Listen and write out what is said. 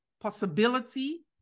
possibility